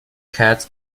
heads